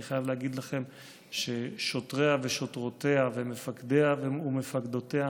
אני חייב להגיד לכם ששוטריה ושוטרותיה ומפקדיה ומפקדותיה